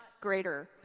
greater